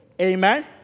amen